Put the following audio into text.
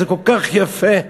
זה כל כך יפה.